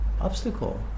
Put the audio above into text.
obstacle